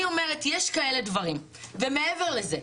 אני אומרת יש כאלה דברים ומעבר לזה,